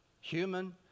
Human